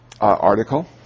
article